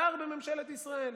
שר בממשלת ישראל,